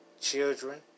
children